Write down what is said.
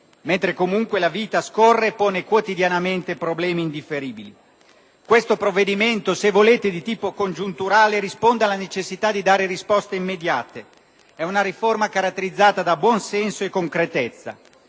mentre comunque la vita scorre e pone quotidianamente problemi indifferibili. Questo provvedimento, se volete di tipo congiunturale, risponde alla necessità di dare risposte immediate; è una riforma caratterizzata da buon senso e concretezza.